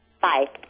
Bye